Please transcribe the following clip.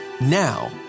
Now